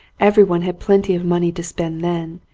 everyone had plenty of money to spend then,